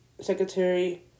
Secretary